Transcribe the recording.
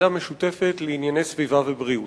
ועדה משותפת לענייני סביבה ובריאות.